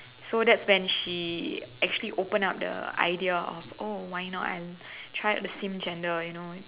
so that's when she actually open up the idea of oh why not I try out the same gender you know